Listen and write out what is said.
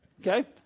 Okay